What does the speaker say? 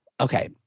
Okay